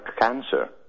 cancer